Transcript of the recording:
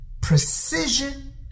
precision